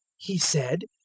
he said,